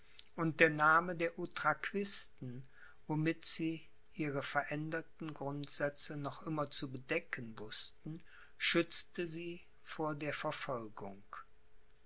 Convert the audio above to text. und der name der utraquisten womit sie ihre veränderten grundsätze noch immer zu bedecken wußten schützte sie vor der verfolgung